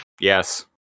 Yes